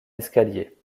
escalier